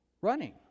running